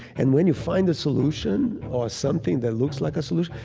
and when you find a solution or something that looks like a solution,